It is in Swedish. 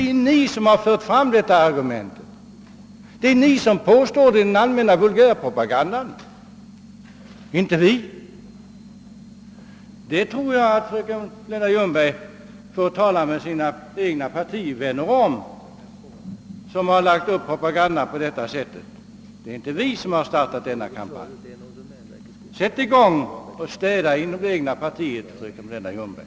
Det är ni som har fört fram detta argument, det är ni som påstår detta i den allmänna vulgärpropagandan, inte vi. Den saken får fröken Ljungberg tala om med sina egna partivänner, som har lagt upp propagandan på detta sätt. Det är inte vi som har startat denna kampanj. Sätt i gång att städa inom det egna partiet, fröken Ljungberg!